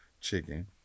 chicken